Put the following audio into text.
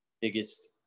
biggest